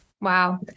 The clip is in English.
Wow